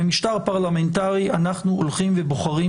במשטר פרלמנטרי אנחנו הולכים ובוחרים